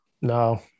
No